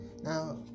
Now